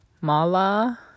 Mala